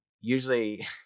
usually